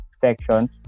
sections